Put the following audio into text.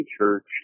church